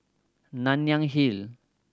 Nanyang Hill